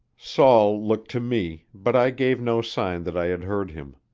saul looked to me, but i gave no sign that i had heard him.